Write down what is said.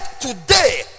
today